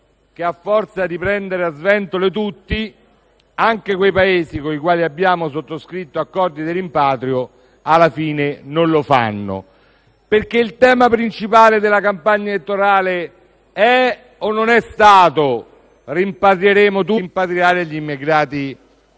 che, a forza di prendere "a sventole" tutti, anche quei Paesi con i quali abbiamo sottoscritto accordi di rimpatrio alla fine non li faranno. Il tema principale della campagna elettorale non è stato forse quello di